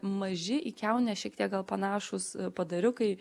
maži į kiaunes šiek tiek gal panašūs padariukai